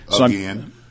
again